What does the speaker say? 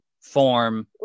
form